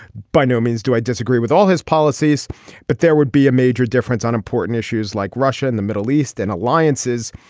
by no means do i disagree with all his policies but there would be a major difference on important issues like russia and the middle east and alliances.